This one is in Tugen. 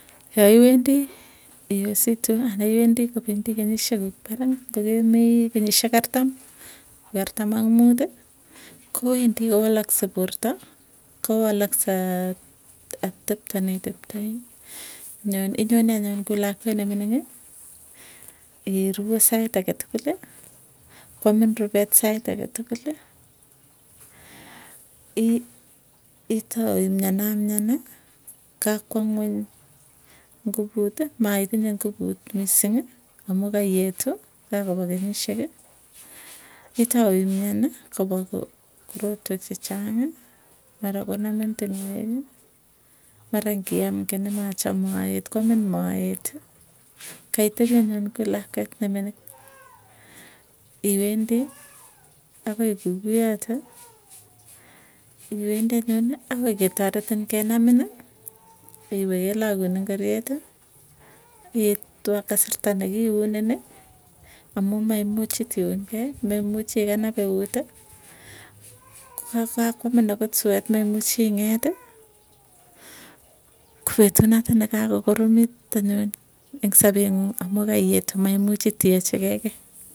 Yaiwendi iositu ana iwendi kopendii kenyisiek kuuk, parak kokemii kenyishiek artam ki artam ak muuti, kowendi kowalaksei porta, kowalaskei atepto neiteptai. Inyoni anyun kuu lakweet nemining'ii, irue sait ake tukluli koamin rupet sait ake tukuli. Itau imian amiani kakwo ng'eny nguvuti maitinye nguvut misiing, amu kaietu kakopa kenyisieki itau imiani kopwa korotwek chechang'i marakonamin tingweki marangiam kii nemacham maet kwamin maeti kaitepii anyu kuu lakwet nemining, iwendii agoi ikuikuyote. Iwendi agoi ketaretin kenamini iwe kelagun ingoryeti, iit kasarta nekiunini amuu maimuchi tiunkei memuchi ikanap euti, kakwamin akot suet memuchi ing'eti, ko petuu noto nekakokoromit anyun eng sapee ngung amu kaietu maimuchi tiachi kei kii.